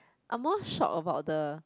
I'm more shocked about the